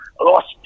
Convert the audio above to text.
lost